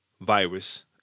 virus